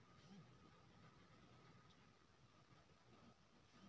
सौंसे दुनियाक सबटा देश मे बित्त केर बारे मे पढ़ाएल जाइ छै